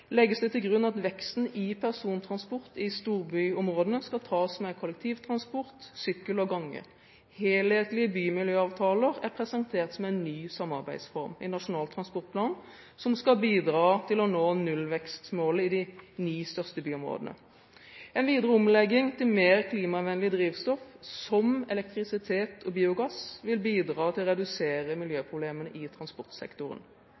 grunn at veksten i persontransporten i storbyområdene skal tas med kollektivtransport, sykkel og gange. Helhetlige bymiljøavtaler er presentert som en ny samarbeidsform i Nasjonal transportplan, som skal bidra til å nå nullvekstmålet i de ni største byområdene. En videre omlegging til mer klimavennlig drivstoff, som elektrisitet og biogass, vil bidra til å redusere